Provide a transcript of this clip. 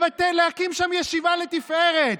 להקים שם ישיבה לתפארת,